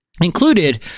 included